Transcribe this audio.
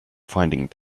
finding